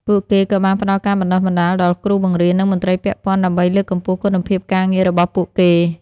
ពួកគេក៏បានផ្តល់ការបណ្តុះបណ្តាលដល់គ្រូបង្រៀន និងមន្ត្រីពាក់ព័ន្ធ ដើម្បីលើកកម្ពស់គុណភាពការងាររបស់ពួកគេ។